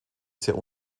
sehr